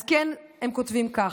אז כן, הם כותבים כך: